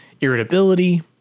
irritability